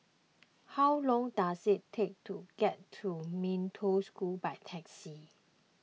how long does it take to get to Mee Toh School by taxi